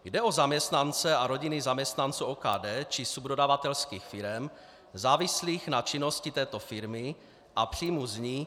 Jde o zaměstnance a rodiny zaměstnanců OKD či subdodavatelských firem závislých na činnosti této firmy a příjmů z ní.